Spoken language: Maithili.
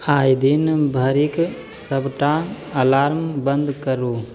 आइ दिन भरिक सबटा अलार्म बन्द करू